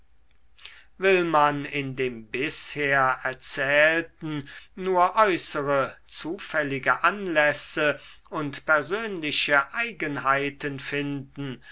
will man in dem bisher erzählten nur äußere zufällige anlässe und persönliche eigenheiten finden